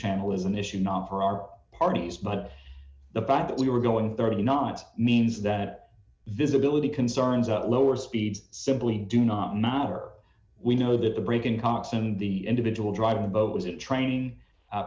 channel is an issue not for our parties but the budget we were going thirty knots means that visibility concerns are lower speeds simply do not matter we know that the break in cox and the individual driving the boat was a training